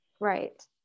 Right